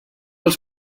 els